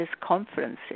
conferences